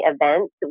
events